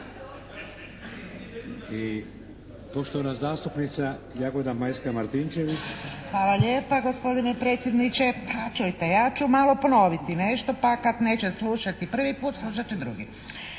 **Martinčević, Jagoda Majska (HDZ)** Hvala lijepa gospodine predsjedniče. Pa čujte, ja ću malo ponoviti nešto pa kad neće slušati prvi put slušat će drugi.